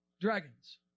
dragons